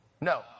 No